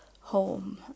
home